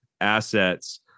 assets